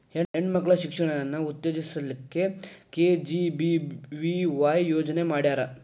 ಹೆಣ್ ಮಕ್ಳ ಶಿಕ್ಷಣಾನ ಉತ್ತೆಜಸ್ ಲಿಕ್ಕೆ ಕೆ.ಜಿ.ಬಿ.ವಿ.ವಾಯ್ ಯೋಜನೆ ಮಾಡ್ಯಾರ್